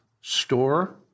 Store